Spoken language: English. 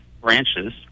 branches